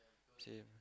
same